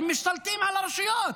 הם משתלטים על הרשויות,